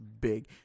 big